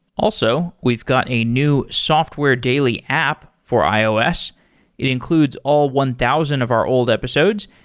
also, we've got a new software daily app for ios it includes all one thousand of our old episodes,